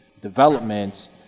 developments